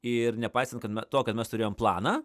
ir nepaisant kad me to kad mes turėjom planą